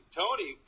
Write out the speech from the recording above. tony